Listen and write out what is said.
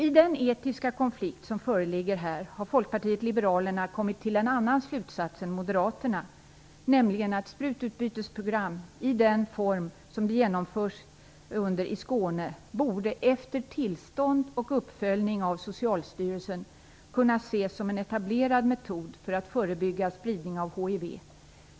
I den etiska konflikt som här föreligger har alltså Folkpartiet liberalerna kommit till en annan slutsats än Moderaterna, nämligen att sprututbytesprogram i den form som det genomförs i Skåne efter tillstånd och uppföljning av Socialstyrelsen borde kunna ses som en etablerad metod för att förebygga spridning av hiv.